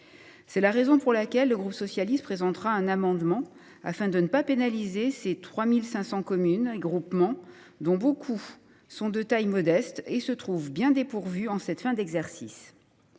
C’est la raison pour laquelle le groupe socialiste présentera un amendement afin de ne pas pénaliser ces 3 500 communes et groupements, dont beaucoup sont de taille modeste et se trouvent bien dépourvus en cette fin d’exercice.